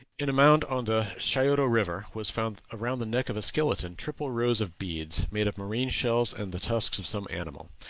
in a mound on the scioto river was found around the neck of a skeleton triple rows of beads, made of marine shells and the tusks of some animal.